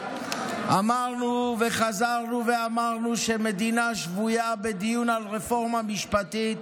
אמרנו וחזרנו ואמרנו שמדינה השבויה בדיון על רפורמה משפטית